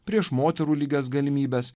prieš moterų lygias galimybes